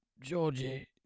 Georgie